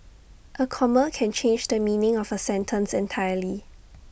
A comma can change the meaning of A sentence entirely